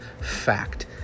Fact